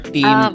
Team